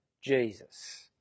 Jesus